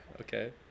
okay